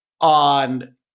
on